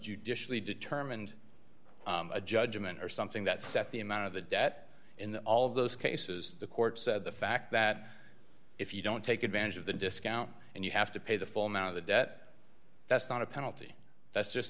judicially determined a judgment or something that set the amount of the debt in all of those cases the court said the fact that if you don't take advantage of the discount and you have to pay the full amount of the debt that's not a penalty that's just